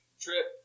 Trip